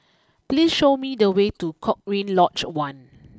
please show me the way to Cochrane Lodge one